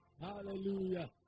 Hallelujah